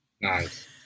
Nice